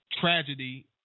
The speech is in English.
tragedy